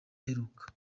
aheruka